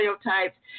stereotypes